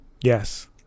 yes